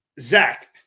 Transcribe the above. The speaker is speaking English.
Zach